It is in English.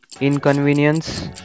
inconvenience